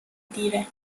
دیره